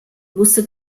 musste